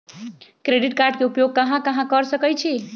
Credit card के उपयोग कहां कहां कर सकईछी?